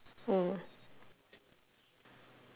mm